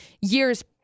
years